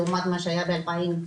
לעומת מה שהיה ב-2022,